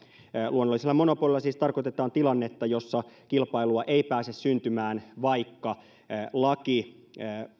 luonnollisella monopolilla siis tarkoitetaan tilannetta jossa kilpailua ei pääse syntymään vaikka laki